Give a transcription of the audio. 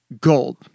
gold